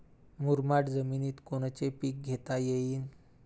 मुरमाड जमिनीत कोनचे पीकं घेता येईन?